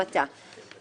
המתה ".